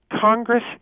Congress